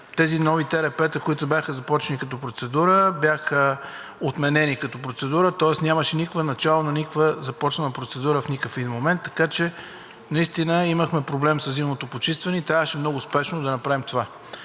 Тези нови ТРП, които бяха започнати като процедура, бяха отменени като процедура, тоест нямаше никаква започнала начална процедура в нито един момент. Така че наистина имахме проблем със зимното почистване и трябваше много спешно да направим това.